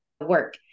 work